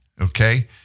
okay